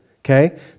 Okay